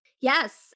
Yes